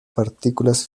partículas